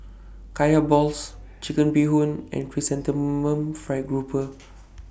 Kaya Balls Chicken Bee Hoon and Chrysanthemum Fried Grouper